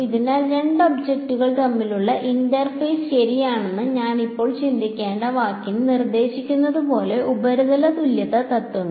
അതിനാൽ രണ്ട് ഒബ്ജക്റ്റുകൾ തമ്മിലുള്ള ഇന്റർഫേസ് ശരിയാണെന്ന് ഞാൻ ഇപ്പോൾ ചിന്തിക്കേണ്ട വാക്കിന് നിർദ്ദേശിക്കുന്നതുപോലെ ഉപരിതല തുല്യത തത്വങ്ങൾ